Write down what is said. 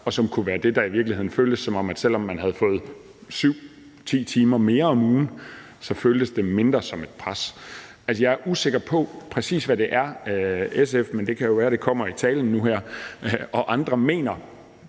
og det kunne være det, der gjorde, at det i virkeligheden, selv om man havde fået 7 eller 10 timer mere om ugen, føltes mindre som et pres. Jeg er usikker på, præcis hvad det er – men det kan jo være, det kommer i talen nu her – SF og andre mener